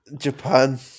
Japan